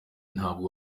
ntabwo